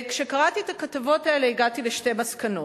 כשקראתי את הכתבות האלה הגעתי לשתי מסקנות: